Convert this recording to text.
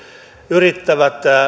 yrittää